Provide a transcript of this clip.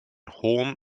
hohen